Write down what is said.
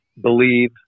believe